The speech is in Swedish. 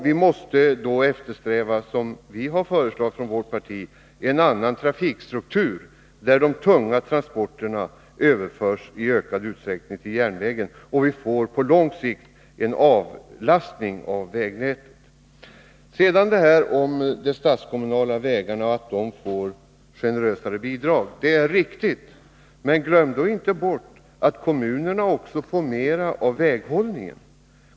Vi måste då, som vi från vårt parti har föreslagit, eftersträva en annan trafikstruktur, där de tunga transporterna i ökad utsträckning överförs till järnvägen, så att vi på lång sikt får en avlastning på vägnätet. Att de statskommunala vägarna får generösare bidrag är riktigt. Men glöm då inte bort att kommunerna också får mera av väghållningen.